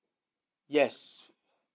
yes